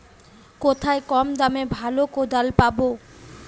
কোথায় কম দামে ভালো কোদাল পাব?